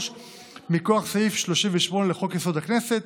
מכוח סעיף 38 לחוק-יסוד: הכנסת,